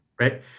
right